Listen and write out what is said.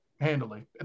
handling